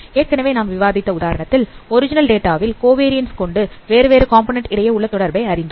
ஏற்கனவே நாம் விவாதித்த உதாரணத்தில் ஒரிஜினல் டேட்டாவில் கோவரியன்ஸ் கொண்டு வேறு வேறு காம்போநன்ண்ட் இடையே உள்ள தொடர்பை அறிந்தோம்